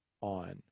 on